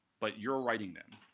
but you're writing them.